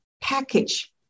package